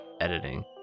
editing